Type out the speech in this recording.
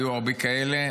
והיו הרבה כאלו,